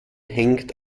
hängt